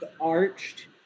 arched